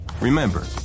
Remember